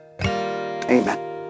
Amen